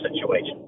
situation